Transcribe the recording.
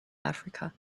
africa